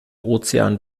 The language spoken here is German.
ozean